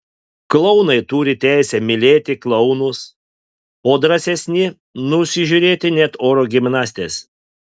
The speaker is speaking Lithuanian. klounai turi teisę mylėti klounus o drąsesni nusižiūri net oro gimnastes